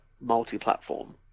multi-platform